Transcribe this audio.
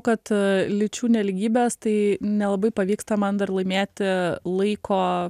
kad lyčių nelygybės tai nelabai pavyksta man dar laimėti laiko